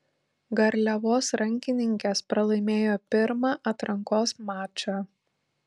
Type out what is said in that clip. garliavos rankininkės pralaimėjo pirmą atrankos mačą